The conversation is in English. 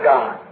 God